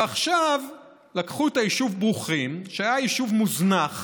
עכשיו לקחו את היישוב ברוכין, שהיה יישוב מוזנח